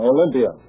Olympia